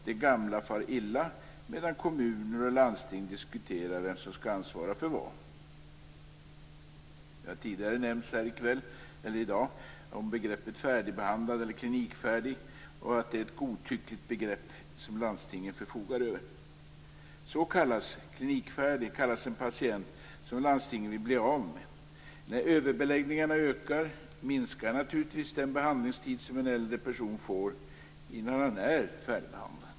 De gamla far illa medan kommuner och landsting diskuterar vem som skall ansvara för vad. Begreppet färdigbehandlad eller klinikfärdig har tidigare nämnts här i dag. Det är ett godtyckligt begrepp som landstingen förfogar över. Klinikfärdig kallas en patient som landstingen vill bli av med. När överbeläggningarna ökar minskar naturligtvis den behandlingstid som en äldre person får innan han är färdigbehandlad.